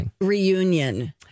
reunion